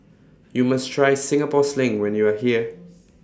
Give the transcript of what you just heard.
YOU must Try Singapore Sling when YOU Are here